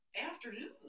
afternoon